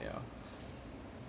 ya